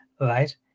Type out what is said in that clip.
right